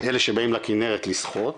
אלה שבאים לכנרת לשחות,